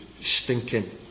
Stinking